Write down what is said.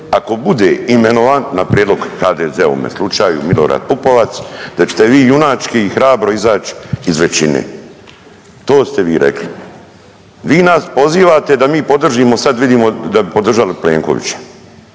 ako bude imenovan na prijedlog HDZ-a u ovome slučaju, Milorad Pupovac da ćete vi junački i hrabro izać iz većine. To ste vi rekli. Vi nas pozivate da mi podržimo sad vidimo da bi podržali Plenkovića.